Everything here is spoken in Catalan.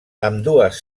ambdues